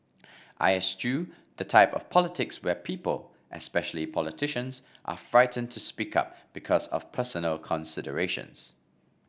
I eschew the type of politics where people especially politicians are frightened to speak up because of personal considerations